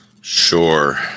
Sure